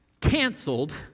canceled